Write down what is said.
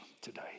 today